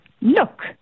Look